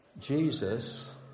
Jesus